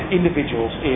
individuals